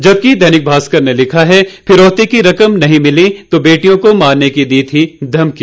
जबकि दैनिक भास्कर ने लिखा है फिरौती की रकम नहीं मिली तो बेटियों को मारने की दी थी धमकी